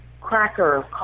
cracker